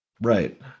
Right